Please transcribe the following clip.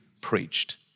preached